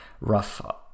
rough